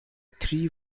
three